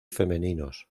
femeninos